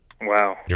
Wow